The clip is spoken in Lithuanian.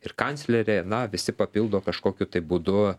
ir kanclerė na visi papildo kažkokiu tai būdu